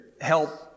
help